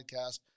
podcast